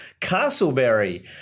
Castleberry